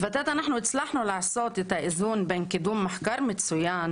בוות"ת הצלחנו לעשות את האיזון בין קידום מחקר מצוין,